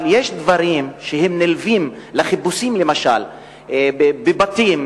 אבל יש דברים שנלווים לחיפושים בבתים,